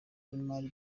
n’imari